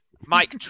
Mike